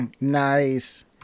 Nice